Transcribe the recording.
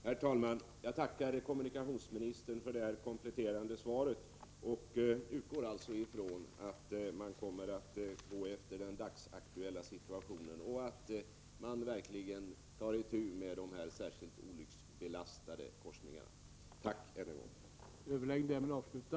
Herr talman! Jag tackar kommunikationsministern för det kompletterande svaret. Jag räknar alltså med att man kommer att arbeta utifrån den dagsaktuella situationen och verkligen ta itu med de särskilt olycksdrabbade korsningarna. Tack än en gång!